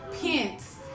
Pence